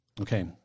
Okay